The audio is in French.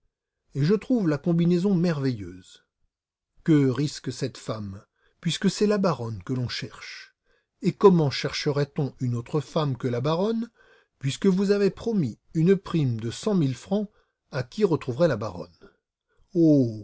et je trouve la combinaison merveilleuse que risque cette femme puisque c'est la baronne que l'on cherche et comment chercherait on une autre femme que la baronne puisque vous avez promis une prime de cent mille francs à qui retrouverait la baronne oh